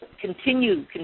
continue